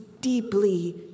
deeply